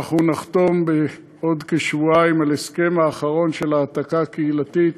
אנחנו נחתום בעוד כשבועיים על ההסכם האחרון של העתקה קהילתית